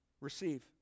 Receive